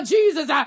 Jesus